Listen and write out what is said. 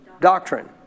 doctrine